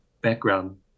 background